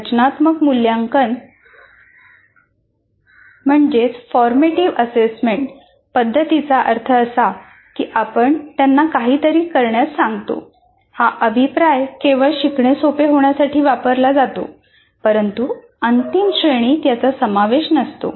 रचनात्मक मूल्यांकन पद्धतींचा अर्थ असा आहे की आपण त्यांना काहीतरी करण्यास सांगतो हा अभिप्राय केवळ शिकणे सोपे होण्यासाठी वापरला जातो परंतु अंतिम श्रेणीत याचा समावेश नसतो